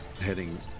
heading